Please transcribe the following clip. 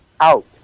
out